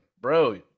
Bro